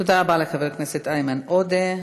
תודה רבה לחבר הכנסת איימן עודה.